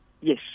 Yes